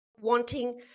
wanting